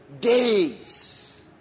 days